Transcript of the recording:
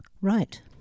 Right